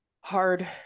hard